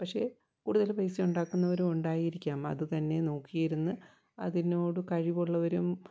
പക്ഷേ കൂടുതൽ പൈസ ഉണ്ടാക്കുന്നവരുണ്ടായിരിക്കാം അതുതന്നെ നോക്കിയിരുന്ന് അതിനോട് കഴിവുള്ളവരും